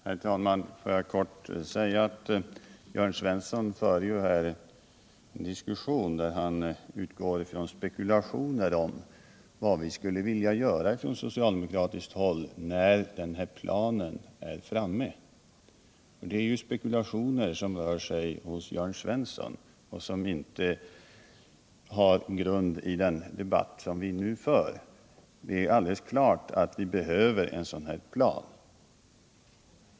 Herr talman! Får jag i korthet säga att Jörn Svensson här för en diskussion, där han utgår ifrån spekulationer om vad socialdemokraterna skulle vilja göra när planen är klar. Det är alltså spekulationer som Jörn Svensson ägnar sig åt, men de hör inte ihop med den debatt som vi nu för. Det är alldeles klart att vi behöver en sådan här plan.